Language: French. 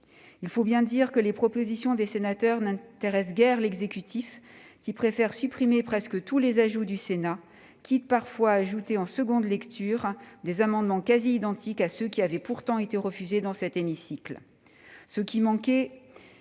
Il faut bien dire que les propositions des sénateurs n'intéressent guère l'exécutif, qui préfère supprimer presque tous les ajouts du Sénat, quitte parfois à ajouter en nouvelle lecture des amendements quasi identiques à ceux qui ont pourtant été refusés dans cet hémicycle. Ce qui manquait